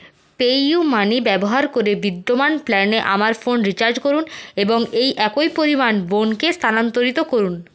PayUmoney ব্যবহার করে বিদ্যমান প্ল্যানে আমার ফোন রিচার্জ করুন এবং এই একই পরিমাণ বোন কে স্থানান্তরিত করুন